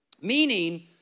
Meaning